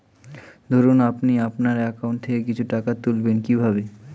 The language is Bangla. ধরুন আপনি আপনার একাউন্ট থেকে কিছু টাকা তুলবেন কিভাবে?